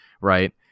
right